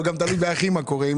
אנחנו לא יכולים להתעלם ממה שקורה עם